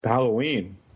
Halloween